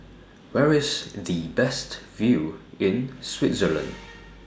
Where IS The Best View in Switzerland